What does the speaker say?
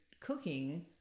cooking